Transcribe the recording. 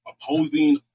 opposing